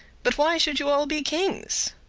but why should you all be kings?